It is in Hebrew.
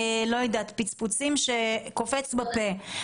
פצפוצים קופצים בפה,